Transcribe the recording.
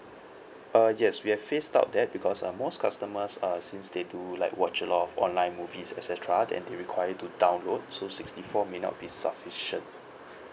uh yes we have phased out there because uh most customers err since they do like watch a lot of online movies et cetera then they require to download so sixty four may not be sufficient